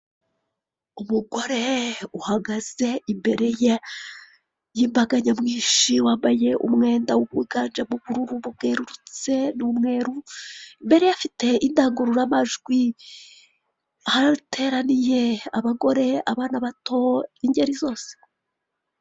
Umugore uhagaze imbere y'imbaga nyamwinshi, wambaye umwenda wiganjemo ubururu bwerurutse n'umweru, imbere ye afite indangururamajwi. Hateraniye abagore, abana bato, ingeri zose.